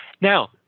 now